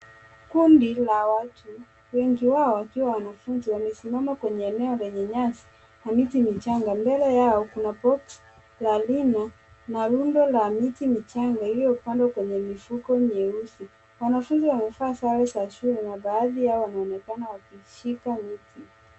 Kundi la watu, wengi wao wakiwa wanafunzi wamesimama kwenye eneo lenye nyasi na miti michanga. Mbele yao kuna box la Rina, na rundo la miti michanga iliyopandwa kwenye mifuko nyeusi. Wanafunzi wamevaa sare za shule, na baadhi yao wanaonekana wakishika miti.